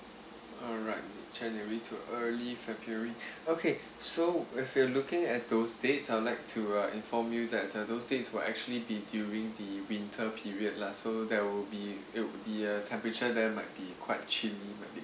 alright january to early february okay so if you're looking at those dates I would like to uh inform you that those dates will actually be during the winter period lah so that will be it the uh temperature there might be quite chill might be